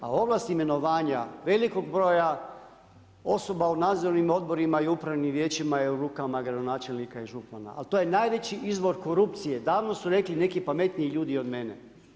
A ovlast imenovanja velikog broja osoba u nadzornim odborima i upravnim vijećima je u rukama gradonačelnika i župana, ali to je najveći izvor korupcije, davno su rekli neki pametniji ljudi od mene.